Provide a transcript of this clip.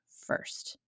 first